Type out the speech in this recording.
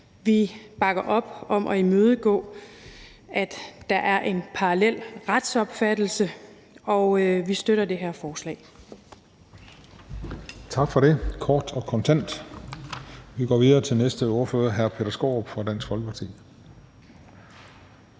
Vi bakker op om at imødegå, at der er en parallel retsopfattelse, og vi støtter det her forslag.